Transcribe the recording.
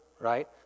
right